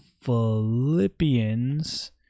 Philippians